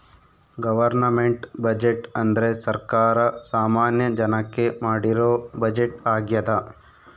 government budget ಅಂದ್ರೆ ಸರ್ಕಾರ ಸಾಮಾನ್ಯ ಜನಕ್ಕೆ ಮಾಡಿರೋ ಬಜೆಟ್ ಆಗ್ಯದ